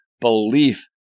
belief